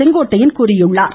செங்கோட்டையன் தெரிவித்துள்ளார்